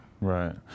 right